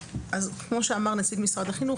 כמו שאמר נציג משרד החינוך,